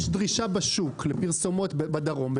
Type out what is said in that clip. אם יש דרישה בשוק לפרסומות בדרום,